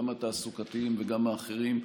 גם התעסוקתיים וגם האחרים,